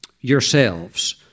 yourselves